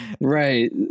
Right